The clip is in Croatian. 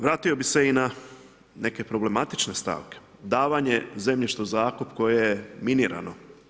Vratio bih se i na neke problematične stavke, davanje zemljišta u zakup koje je minirano.